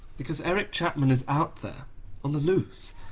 because eric chapman is out there, on the loose!